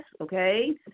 okay